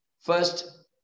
First